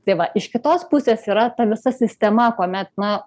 tai va iš kitos pusės yra ta visa sistema kuomet na